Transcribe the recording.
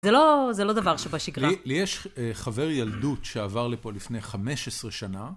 זה לא דבר שבשגרה. לי יש חבר ילדות שעבר לפה לפני 15 שנה.